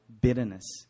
bitterness